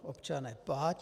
Občane, plať!